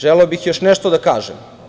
Želeo bih još nešto da kažem.